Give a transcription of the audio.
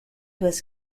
was